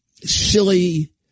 Silly